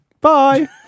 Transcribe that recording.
Bye